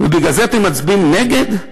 בגלל זה אתם מצביעים נגד?